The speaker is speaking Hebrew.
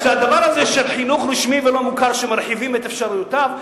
הדבר הזה של חינוך מוכר ולא רשמי שמרחיבים את אפשרויותיו,